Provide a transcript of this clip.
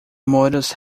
models